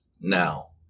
now